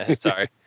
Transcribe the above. sorry